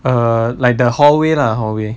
err like the hallway lah hallway